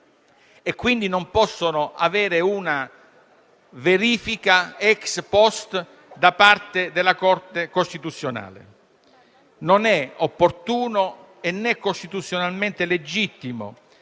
e, quindi, non possono avere una verifica *ex post* da parte della Corte costituzionale. Non è opportuno, né costituzionalmente legittimo,